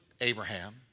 Abraham